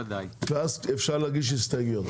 ואז אפשר להגיש הסתייגויות.